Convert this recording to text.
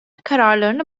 kararlarını